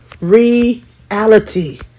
Reality